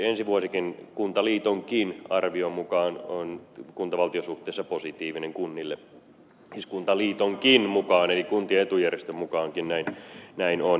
ensi vuosikin kuntaliitonkin arvion mukaan on kuntavaltio suhteessa positiivinen kunnille siis kuntaliitonkin mukaan eli kuntien etujärjestön mukaankin näin on